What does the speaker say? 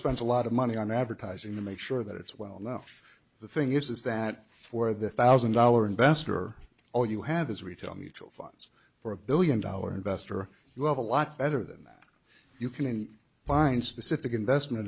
spends a lot of money on advertising to make sure that it's well now the thing is is that for the thousand dollar investor all you have is retail mutual funds for a billion dollar investor you have a lot better than that you can find specific investment